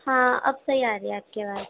ہاں اب صحیح آ رہی ہے آپ کی آواز